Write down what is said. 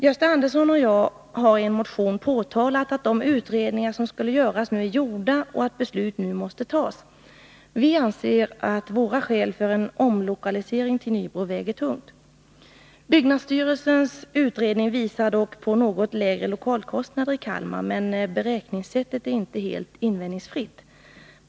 Gösta Andersson och jag har i en motion framhållit att de utredningar som skulle göras är gjorda och att beslut nu måste fattas. Vi anser att våra skäl för en omlokalisering till Nybro väger tungt. Byggnadsstyrelsens utredning visar på något lägre lokalkostnader i Kalmar, men beräkningssättet är inte helt invändningsfritt.